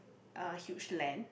uh huge land